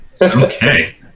Okay